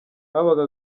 habaga